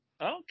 Okay